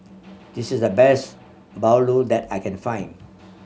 this is the best bahulu that I can find